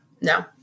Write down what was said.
No